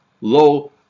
low